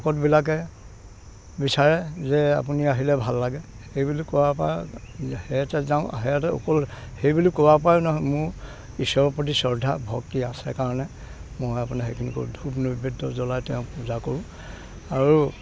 ভকতবিলাকে বিচাৰে যে আপুনি আহিলে ভাল লাগে সেইবুলি কোৱাৰ পৰা হেয়াতে যাওঁ হেয়াতে সেইবুলি কোৱাৰ পৰাই মোৰ ইশ্বৰৰ প্ৰতি শ্ৰদ্ধা ভক্তি আছে কাৰণে মই আপোনাৰ সেইখিনি কৰোঁ নৈবেদ্য জ্বলাই তেওঁক পূজা কৰোঁ আৰু